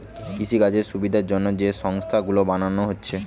কৃষিকাজের সুবিধার জন্যে যে সংস্থা গুলো বানানা হচ্ছে